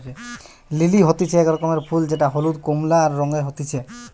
lily হতিছে এক রকমের ফুল যেটা হলুদ, কোমলা সব রঙে হতিছে